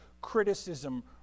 criticism